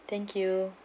thank you